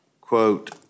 quote